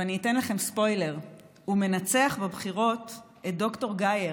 ואני אתן לכם ספוילר: הוא מנצח בבחירות את ד"ר גאייר,